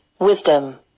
wisdom